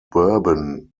bourbon